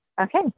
Okay